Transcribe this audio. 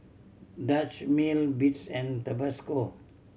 Dutch Mill Beats and Tabasco